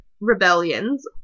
rebellions